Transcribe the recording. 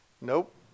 Nope